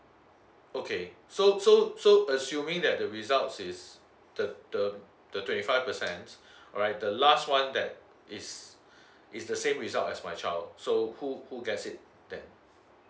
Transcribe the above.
okay so so so assuming that the results is the the the twenty five percent right the last one that it's it's the same result as my child so who who gets it then